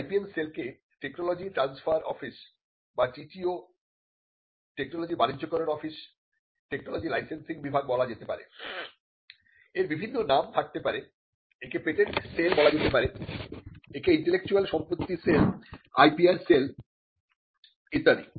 IPM সেলকে technology transfer office বা TTO technology বাণিজ্যকরণ অফিস টেকনোলজি লাইসেন্সিং বিভাগ বলা যেতে পারে এর বিভিন্ন নাম থাকতে পারে একে পেটেন্ট সেল বলা যেতে পারে একে ইন্টেলেকচুয়াল সম্পত্তি সেল IPR সেল ইত্যাদি